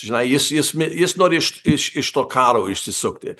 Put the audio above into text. žinai jis jis jis nori iš iš iš to karo išsisukti